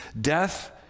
death